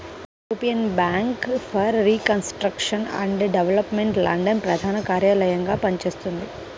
European Bank for Reconstruction and Development London ప్రధాన కార్యాలయంగా పనిచేస్తున్నది